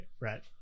right